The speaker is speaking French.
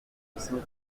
dessinés